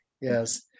Yes